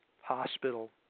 Hospital